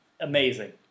amazing